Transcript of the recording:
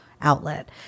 outlet